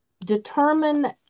determine